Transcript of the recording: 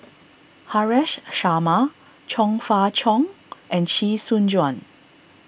Haresh Sharma Chong Fah Cheong and Chee Soon Juan